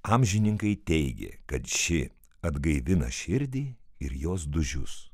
amžininkai teigė kad ši atgaivina širdį ir jos dūžius